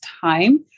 time